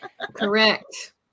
correct